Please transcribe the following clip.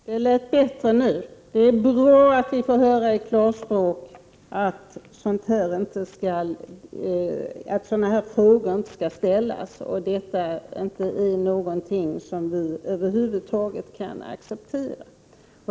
Fru talman! Det lät bättre nu. Det är bra att vi i klarspråk får höra att sådana här frågor inte skall ställas och att detta är någonting som vi över huvud taget inte kan acceptera.